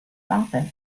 office